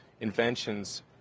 inventions